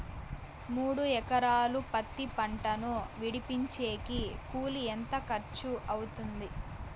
మూడు ఎకరాలు పత్తి పంటను విడిపించేకి కూలి ఎంత ఖర్చు అవుతుంది?